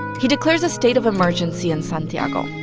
he declares a state of emergency in santiago.